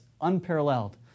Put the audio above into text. unparalleled